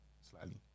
Slightly